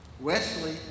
Wesley